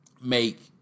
make